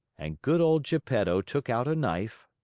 and good old geppetto took out a knife,